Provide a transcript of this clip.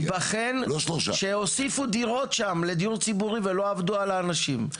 ייבחן שהוסיפו דירות שם לדיור ציבורי ולא עבדו על האנשים.